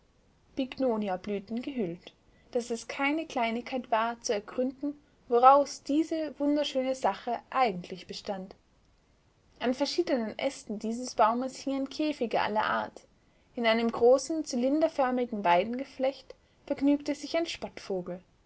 bignoniablüten gehüllt daß es keine kleinigkeit war zu ergründen woraus diese wunderschöne sache eigentlich bestand an verschiedenen ästen dieses baumes hingen käfige aller art in einem großen zylinderförmigen weidengeflecht vergnügte sich ein